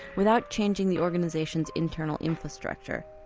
without changing the organisation's internal infrastructure,